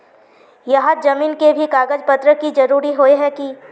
यहात जमीन के भी कागज पत्र की जरूरत होय है की?